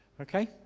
Okay